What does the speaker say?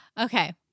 Okay